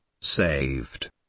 Saved